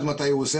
באוצר,